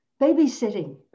babysitting